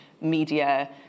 media